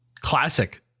Classic